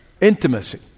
intimacy